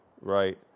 right